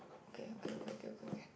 okay okay okay okay okay